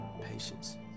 Patience